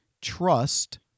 trust